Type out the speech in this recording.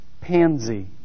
pansy